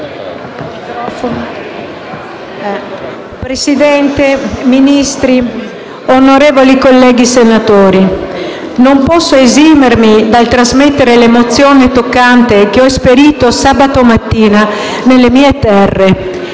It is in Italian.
Presidente, signori Ministri, onorevoli senatori, non posso esimermi dal trasmettervi l'emozione toccante che ho esperito sabato mattina, nella mia terra,